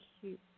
cute